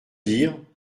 dire